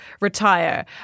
retire